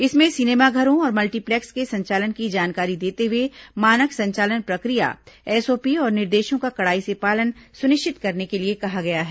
इसमें सिनेमाघरों और मल्टीप्लेक्स के संचालन की जानकारी देते हुए मानक संचालन प्रक्रिया एसओपी और निर्देशों का कड़ाई से पालन सुनिश्चित करने कहा गया है